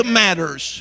matters